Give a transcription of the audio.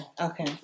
Okay